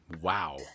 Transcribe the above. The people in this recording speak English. Wow